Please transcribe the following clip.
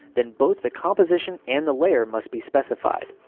then both the composition and the layer must be specified.